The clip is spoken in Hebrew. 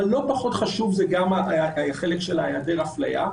אבל לא פחות חשוב הוא גם החלק של העדר אפליה,